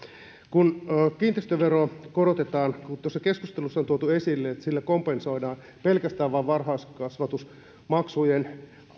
kiinteistöveroa korotetaan ja kun keskustelussa on tuotu esille että sillä kompensoidaan pelkästään varhaiskasvatusmaksujen